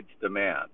demand